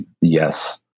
Yes